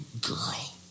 girl